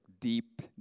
deep